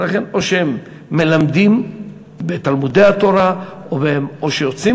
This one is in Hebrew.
אחרי כן או שהם מלמדים בתלמודי-התורה או שיוצאים